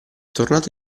tornato